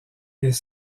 des